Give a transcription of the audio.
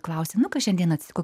klausia nu kas šiandien atsitiko